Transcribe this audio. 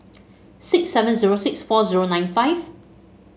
six seven zero six four zero nine five